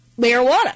marijuana